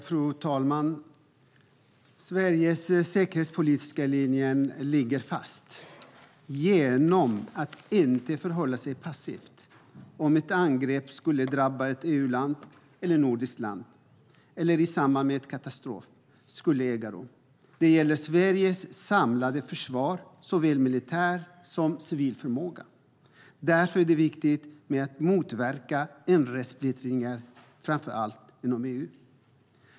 Fru talman! Sveriges säkerhetspolitiska linje ligger fast. Sverige ska inte förhålla sig passivt om ett angrepp skulle drabba ett EU-land eller ett nordiskt land eller om en katastrof skulle äga rum. Det gäller Sveriges samlade försvar, såväl militär som civil förmåga. Därför är det viktigt att motverka inre splittringar framför allt inom EU.